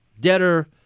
debtor